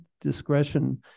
discretion